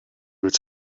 would